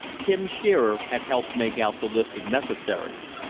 tim shearer had helped make out the list of necessaries.